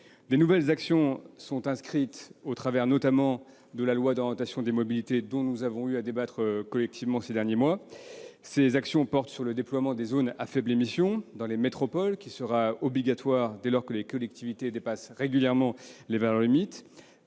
De nouvelles actions sont inscrites, notamment dans la loi d'orientation des mobilités, dont nous avons eu à débattre ces derniers mois. Ces actions portent sur le déploiement des zones à faible émission dans les métropoles, qui sera obligatoire dès lors que les collectivités dépassent régulièrement les valeurs limites.